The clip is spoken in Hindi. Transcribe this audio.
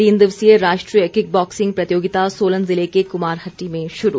तीन दिवसीय राष्ट्रीय किक बॉक्सिंग प्रतियोगिता सोलन जिले के कुमारहट्टी में शुरू